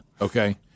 Okay